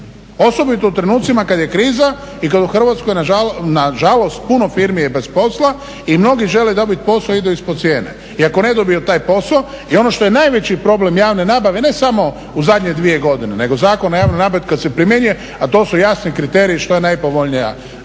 Osobito u trenucima kad je kriza i kad u Hrvatskoj nažalost puno firmi je bez posla i mnogi žele dobiti posao, idu ispod cijene i ako ne dobiju taj posao i ono što je najveći problem javne nabave, ne samo u zadnje dvije godine, nego Zakon o javnoj nabavi od kad se primjenjuje, a to su jasni kriteriji što je najpovoljnija